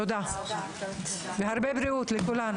הרבה בריאות לכולנו.